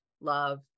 love